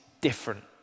different